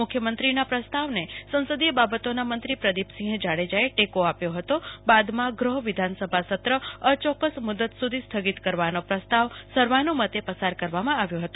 મુ ખ્યમંત્રીના પ્રસ્તાવને સંસદીય બાબતોના મંત્રી પ્રદિપસિંહ જાડેજાએ ટેકો આપ્યો હતો બાદમાં ગૃ હમાં વિધાનસભા સત્ર અયોક્કસ મુ દત સુ ધી સ્થગિત કરવાનો પ્રસ્તાવ સર્વાનુ મતેથી પ્રસાર કરવામાં આવ્યો હતો